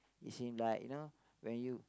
is in like you know when you